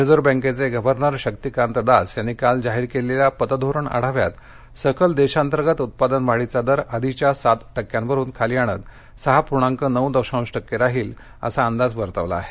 reserve बँकेचे governor Shaktikanta Das यांनी काल जाहीर केलेल्या पतधोरण आढाव्यात सकल देशांतर्गत उत्पादन वाढीचा दर आधीच्या सात टक्क्यावरुन खाली आणत सहा पूर्णांक नऊ दशांश टक्के राहील असा अंदाज वर्तवण्यात आला आहे